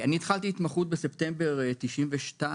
אני התחלתי התמחות בספטמבר 1992,